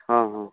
हाँ हाँ